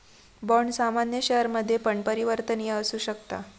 bond सामान्य शेयरमध्ये पण परिवर्तनीय असु शकता